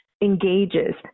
engages